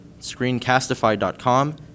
screencastify.com